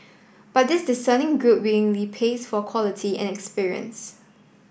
but this discerning group willingly pays for quality and experience